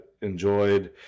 enjoyed